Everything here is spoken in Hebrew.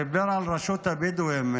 דיבר על רשות הבדואים,